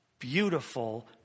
Beautiful